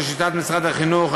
לשיטת משרד החינוך,